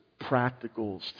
practicals